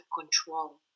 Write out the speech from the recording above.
control